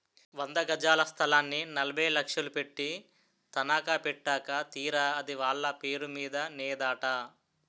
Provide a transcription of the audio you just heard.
వంద గజాల స్థలాన్ని నలభై లక్షలు పెట్టి తనఖా పెట్టాక తీరా అది వాళ్ళ పేరు మీద నేదట